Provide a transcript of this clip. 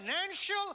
financial